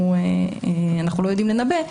אנחנו לא יודעים לנבא,